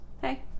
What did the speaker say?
hey